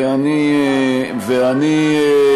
איפה אתה חי?